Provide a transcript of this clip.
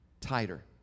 tighter